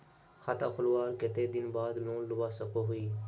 खाता खोलवार कते दिन बाद लोन लुबा सकोहो ही?